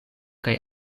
kaj